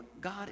God